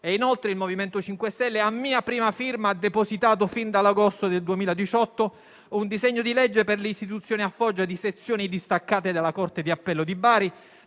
Inoltre il MoVimento 5 Stelle, a mia prima firma, ha depositato, fin dall'agosto del 2018, un disegno di legge per l'istituzione a Foggia di sezioni distaccate della corte di appello di Bari,